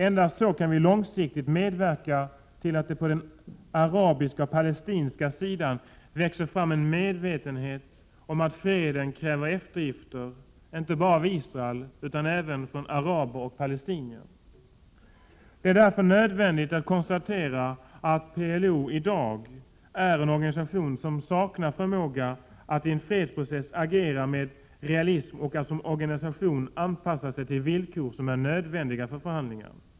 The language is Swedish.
Endast så kan vi långsiktigt medverka till att det på den arabiska och palestinska sidan växer fram en medvetenhet om att freden kräver eftergifter, inte bara av Israel utan även från araber och palestinier. Det är därför nödvändigt att konstatera att PLO är en organisation som i dag saknar förmåga att i en fredsprocess agera med realism och att som organisation anpassa sig till villkor som är nödvändiga för förhandlingar.